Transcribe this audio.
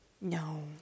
no